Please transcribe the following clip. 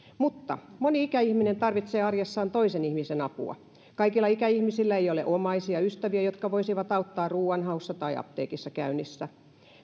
mutta moni ikäihminen tarvitsee arjessaan toisen ihmisen apua kaikilla ikäihmisillä ei ole omaisia tai ystäviä jotka voisivat auttaa ruoanhaussa tai apteekissa käynnissä